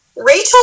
Rachel